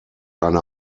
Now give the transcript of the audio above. eine